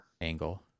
angle